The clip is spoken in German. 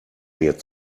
mir